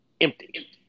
empty